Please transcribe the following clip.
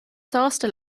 sásta